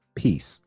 peace